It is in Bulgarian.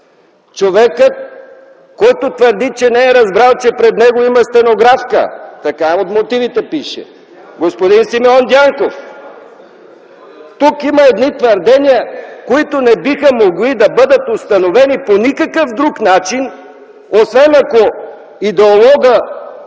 човекът, който твърди, че не е разбрал, че пред него има стенографка, така пише в мотивите господин Симеон Дянков. Тук има едни твърдения, които не биха могли да бъдат установени по никакъв друг начин, освен ако Идеологът,